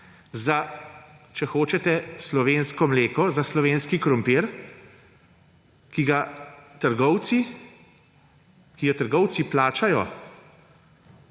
za, če hočete, slovensko mleko, za slovenski krompir, ki jo trgovci plačajo